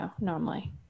normally